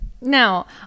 now